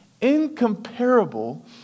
incomparable